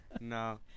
No